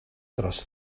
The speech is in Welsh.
dros